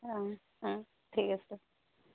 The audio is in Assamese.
অ অ ঠিক আছে